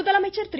முதலமைச்சர் திரு